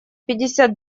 пятьдесят